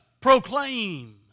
proclaim